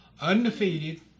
Undefeated